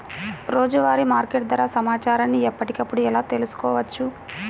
రోజువారీ మార్కెట్ ధర సమాచారాన్ని ఎప్పటికప్పుడు ఎలా తెలుసుకోవచ్చు?